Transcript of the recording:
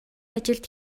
ажилд